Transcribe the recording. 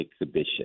exhibition